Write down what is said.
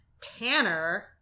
Tanner